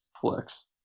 flex